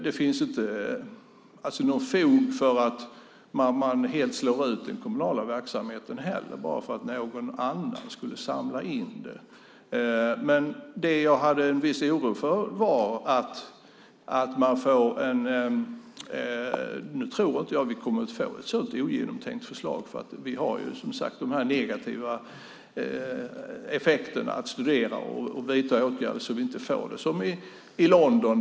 Det finns inte något fog för att man helt skulle slå ut den kommunala verksamheten för att någon annan skulle samla in det. Jag tror inte att vi kommer att få ett ogenomtänkt förslag. Vi har som sagt de negativa effekterna att studera och kan vidta åtgärder så att vi inte får det som i London.